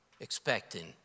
expecting